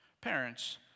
parents